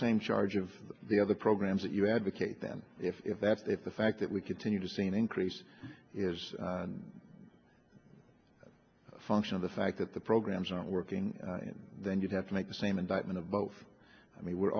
same charge of the other programs that you advocate them if that's if the fact that we continue to see an increase is a function of the fact that the programs aren't working and then you have to make the same indictment of both i mean we're